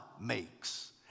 makes